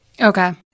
Okay